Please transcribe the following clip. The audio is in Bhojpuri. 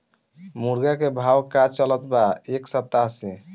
मुर्गा के भाव का चलत बा एक सप्ताह से?